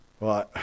Right